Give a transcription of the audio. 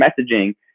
messaging